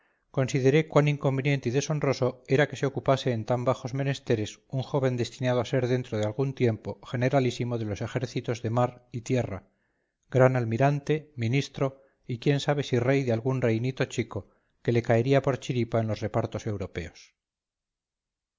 consideré cuán inconveniente y deshonroso era que se ocupase en tan bajos menesteres un joven destinado a ser dentro de algún tiempo generalísimo de los ejércitos de mar y tierra gran almirante ministro y quién sabe si rey de algún reinito chico que le caería por chiripa en los repartos europeos